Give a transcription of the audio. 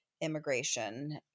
immigration